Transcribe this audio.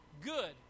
good